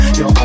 yo